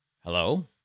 Hello